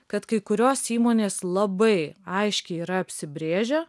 kad kai kurios įmonės labai aiškiai yra apsibrėžę